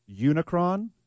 Unicron